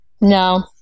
No